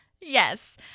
Yes